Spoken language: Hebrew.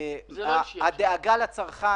הדאגה לצרכן